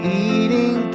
eating